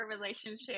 relationship